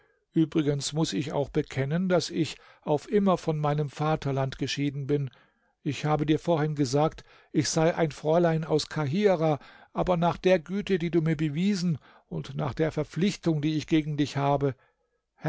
übrigens muß ich auch bekennen daß ich auf immer von meinem vaterland geschieden bin ich habe dir vorhin gesagt ich sei ein fräulein aus kahirah aber nach der güte die du mir bewiesen und nach der verpflichtung die ich gegen dich habe